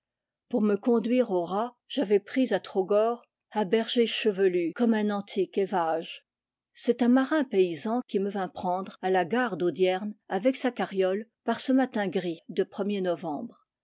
pour me conduire au raz j'avais pris à trogor un berger chevelu comme un antique evhage c'est un marin paysan qui me vint prendre à la gare d'âudierne avec sa carriole par ce matin gris de er novembre